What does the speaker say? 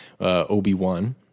Obi-Wan